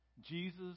Jesus